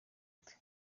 ate